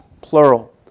plural